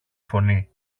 φωνή